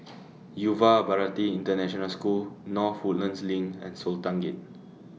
Yuva Bharati International School North Woodlands LINK and Sultan Gate